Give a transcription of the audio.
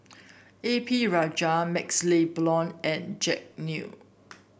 A P Rajah MaxLe Blond and Jack Neo